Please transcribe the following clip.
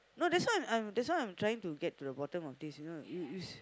not that's why I'm I'm that's why I'm trying to get to the bottom of this you know it is